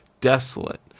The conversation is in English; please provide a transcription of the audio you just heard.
desolate